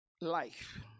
life